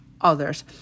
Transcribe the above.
others